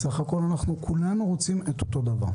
בסך הכול, אנחנו כולנו רוצים אותו דבר.